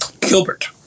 Gilbert